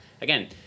again